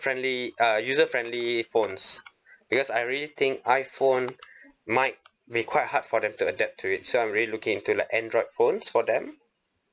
friendly uh user friendly phones because I really think iphone might be quite hard for them to adapt to it so I'm really looking into like android phones for them